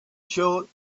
short